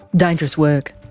dangerous work?